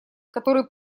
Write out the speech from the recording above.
который